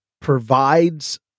provides